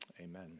Amen